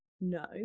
no